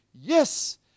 yes